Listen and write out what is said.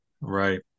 Right